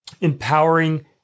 empowering